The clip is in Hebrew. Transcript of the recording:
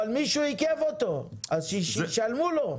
אבל מישהו עיכב אותו, אז שישלמו לו.